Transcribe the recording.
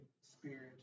Spirit